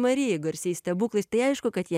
marijai garsiai stebuklais tai aišku kad jie